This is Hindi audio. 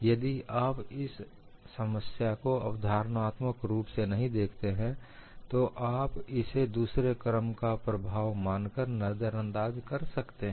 यदि आप इस समस्या को अवधारणात्मक रूप से नहीं देखते हैं तो आप इसे दूसरे क्रम का प्रभाव मानकर नजरअंदाज कर सकते हैं